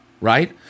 right